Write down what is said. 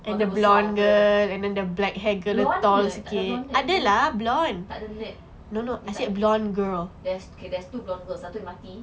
mata besar terus blonde nerd tak ada blonde nerd apa tak ada net dia tak ada there's okay there's two blonde girls satu yang mati